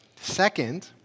Second